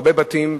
בהרבה בתים,